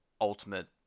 ultimate